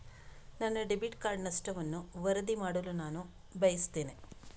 ನನ್ನ debit card ನಷ್ಟವನ್ನು ವರದಿ ಮಾಡಲು ನಾನು ಬಯಸ್ತೆನೆ